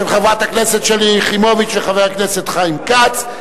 של חברת הכנסת שלי יחימוביץ וחבר הכנסת חיים כץ,